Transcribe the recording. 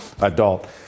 adult